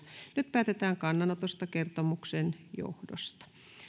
nyt päätetään kannanotosta kertomuksen johdosta